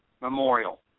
Memorial